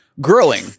growing